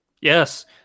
Yes